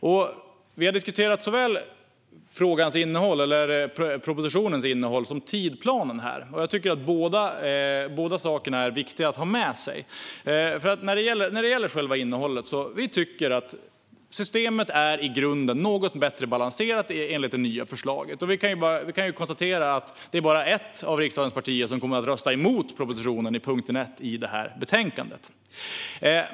Vi har här diskuterat såväl propositionens innehåll som tidsplanen, och jag tycker att båda är viktiga att ha med sig. När det gäller själva innehållet tycker vi att systemet i grunden är något bättre balanserat i det nya förslaget. Vi kan ju konstatera att det bara är ett av riksdagens partier som kommer att rösta emot propositionen under punkt 1 i betänkandet.